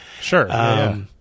Sure